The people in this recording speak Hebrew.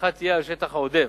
ההנחה תהיה על השטח העודף,